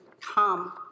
Come